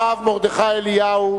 הרב מרדכי אליהו,